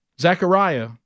Zechariah